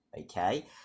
okay